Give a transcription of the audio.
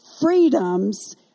freedoms